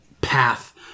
path